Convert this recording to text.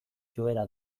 joera